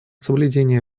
соблюдение